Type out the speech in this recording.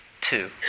Two